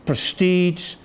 Prestige